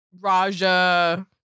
Raja